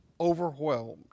overwhelmed